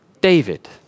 David